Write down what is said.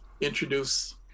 introduce